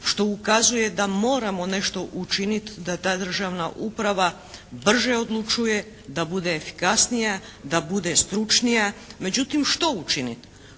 što ukazuje da moramo nešto učiniti da ta državna uprava brže odlučuje, da bude efikasnija, da bude stručnija. Međutim što učiniti?